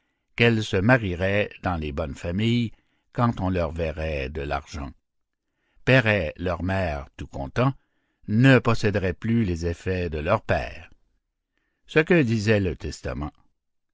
qu'elles se marieraient dans les bonnes familles quand on leur verrait de l'argent paieraient leur mère tout comptant ne posséderaient plus les effets de leur père ce que disait le testament